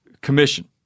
Commission